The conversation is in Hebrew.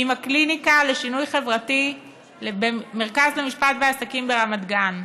עם הקליניקה לשינוי חברתי במרכז למשפט ועסקים ברמת גן.